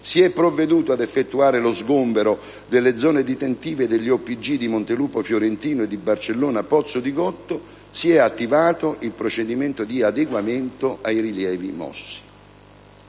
si è provveduto ad effettuare lo sgombero delle zone detentive degli ospedali psichiatrici giudiziari di Montelupo Fiorentino e di Barcellona Pozzo di Gotto, si è attivato il procedimento di adeguamento ai rilievi mossi.